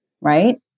right